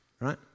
Right